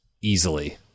easily